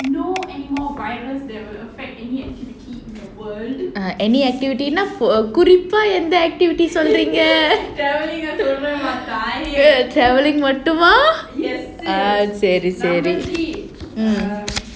any activity குறிப்பா எந்த:kurippa endha activities சொல்றீங்க:solreenga traveling மட்டுமா:mattumaa ah சரி சரி:sari sari